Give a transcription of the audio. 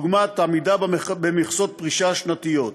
דוגמת עמידה במכסות פרישה שנתיות.